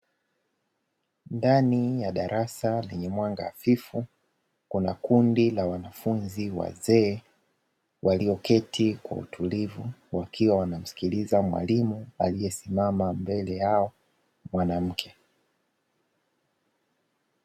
Ndani ya darasa lenye mwanga hafifu, kuna kundi la wanafunzi wazee walioketi kwa utulivu, wakiwa wanamsikiliza mwalimu aliyesimama mbele yao, mwanamke.